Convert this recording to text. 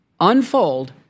unfold